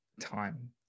time